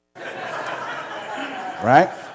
Right